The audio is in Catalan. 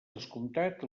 descomptat